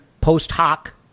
post-hoc